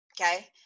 Okay